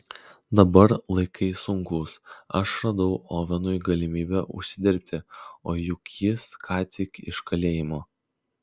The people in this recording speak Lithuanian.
dabar laikai sunkūs aš radau ovenui galimybę užsidirbti o juk jis ką tik iš kalėjimo